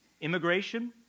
immigration